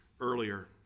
earlier